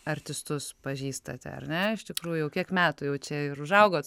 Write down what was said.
artistus pažįstate ar ne iš tikrųjų jau kiek metų jau čia ir užaugot